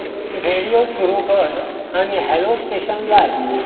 radio सुरू कर आनी हॅलो स्टेशन लाय